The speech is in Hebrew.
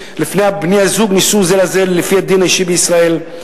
שלפיה בני-הזוג נישאו זה לזה לפי הדין האישי בישראל,